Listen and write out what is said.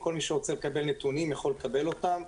וכל מי שרוצה לקבל את הפרטים יכול לקבל אותם.